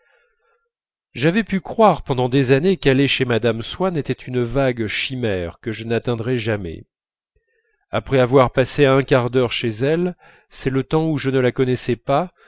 j'avais pu croire pendant des années qu'aller chez mme swann était une vague chimère que je n'atteindrais jamais après avoir passé un quart d'heure chez elle c'est le temps où je ne la connaissais pas